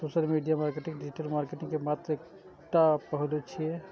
social media marketing digital marketing के मात्र एकटा पहलू छियै